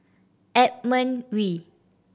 Edmund Wee